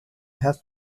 half